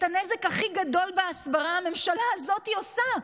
את הנזק הכי גדול בהסברה הממשלה הזאת עושה.